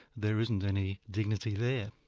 there isn't any dignity there.